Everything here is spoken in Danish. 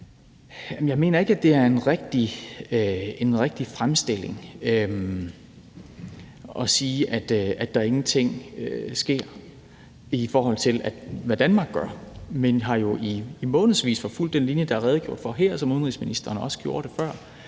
Jeg mener ikke, det er en rigtig fremstilling at sige, at der ingenting sker, i forhold til hvad Danmark gør. Man har jo i månedsvis forfulgt den linje, der er redegjort for her, og som udenrigsministeren også gjorde før,